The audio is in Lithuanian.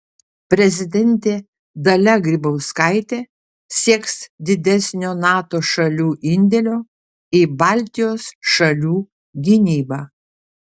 prezidentė dalia grybauskaitė sieks didesnio nato šalių indėlio į baltijos šalių gynybą